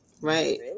Right